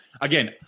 again